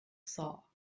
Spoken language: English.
saw